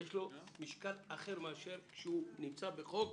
יש לו משקל אחר מאשר כשנמצא בחוק